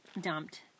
dumped